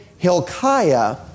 Hilkiah